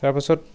তাৰপিছত